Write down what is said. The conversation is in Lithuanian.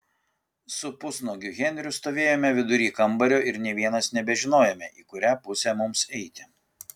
su pusnuogiu henriu stovėjome vidury kambario ir nė vienas nebežinojome į kurią pusę mums eiti